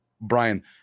Brian